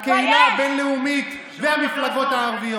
את הקהילה הבין-לאומית והמפלגות הערביות.